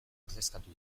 ordezkatu